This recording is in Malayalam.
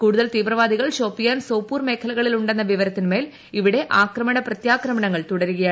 കൂടുതൽ തീവ്രവാദികൾ ഷോപ്പിയാൻ സോപ്പൂർ മേഖലകളിൽ ഉണ്ടെന്ന വിവരത്തിന്മേൽ ഇയിടെ ആക്രമണ പ്രതൃാക്രമണങ്ങൾ തുടരുകയാണ്